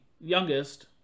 youngest